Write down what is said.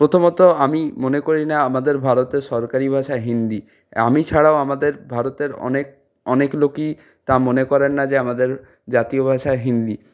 প্রথমত আমি মনে করি না আমাদের ভারতের সরকারি ভাষা হিন্দি আমি ছাড়াও আমাদের ভারতের অনেক অনেক লোকই তা মনে করেন না যে আমাদের জাতীয় ভাষা হিন্দি